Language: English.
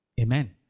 Amen